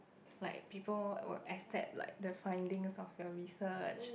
like people would accept like the findings of your research